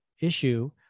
issue